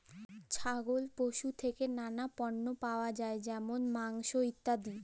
ছাগল পশু থেক্যে লালা পল্য পাওয়া যায় যেমল মাংস, ইত্যাদি